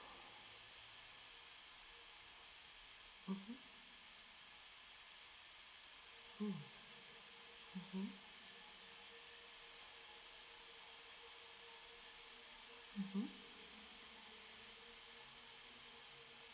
mmhmm mm mmhmm